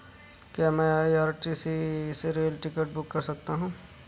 क्या मैं आई.आर.सी.टी.सी से रेल टिकट बुक कर सकता हूँ?